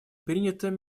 принятым